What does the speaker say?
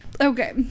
Okay